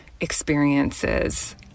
experiences